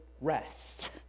rest